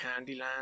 Candyland